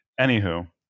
Anywho